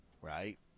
Right